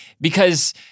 because-